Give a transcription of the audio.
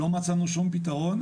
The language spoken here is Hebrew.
לא מצאנו שום פתרון,